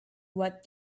what